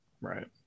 Right